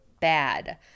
bad